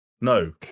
No